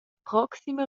proxima